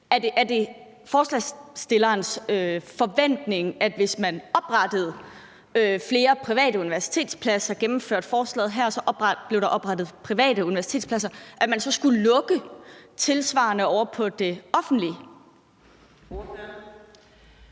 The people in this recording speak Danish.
Er det forslagsstillernes forventning, at hvis man oprettede flere private universitetspladser og gennemførte forslaget her, sådan så der